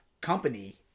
company